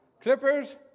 Clippers